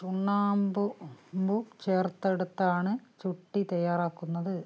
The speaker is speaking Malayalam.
ചുണ്ണാമ്പു ചേർത്തെടുത്താണ് ചുട്ടി തയ്യാറാക്കുന്നത്